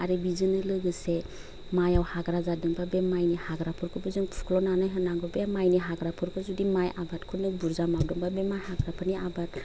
आरो बिजोंनो लोगोसे मायाव हाग्रा जादोंबा बे मायनि हाग्राफोरखौबो जों फुख्ल'नानै होनांगौ बे मायनि हाग्राफोरखौ जुदि माय आबादखौनो बुरजा मावदोंबा बे माय हाग्राफोरनि आबाद